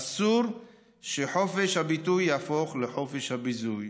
אסור שחופש הביטוי יהפוך לחופש הביזוי.